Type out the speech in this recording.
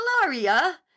Gloria